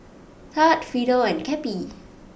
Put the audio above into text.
Thad Fidel and Cappie